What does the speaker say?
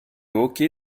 hockey